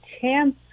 chance